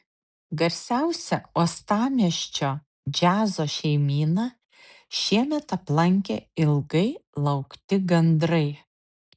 garsiausią uostamiesčio džiazo šeimyną šiemet aplankė ilgai laukti gandrai